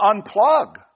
unplug